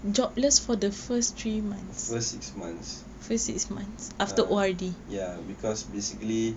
first six months ya ya because basically